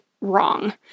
wrong